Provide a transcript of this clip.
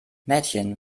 mädchen